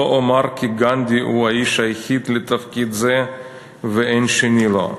לא אומר כי גנדי הוא האיש היחיד לתפקיד זה ואין שני לו,